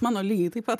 mano lygiai taip pat